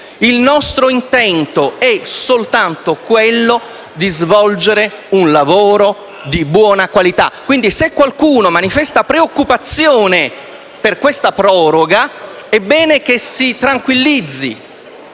il nostro intento è soltanto quello di svolgere un lavoro di buona qualità. Quindi, se qualcuno manifesta preoccupazione per questa proroga, è bene che si tranquillizzi.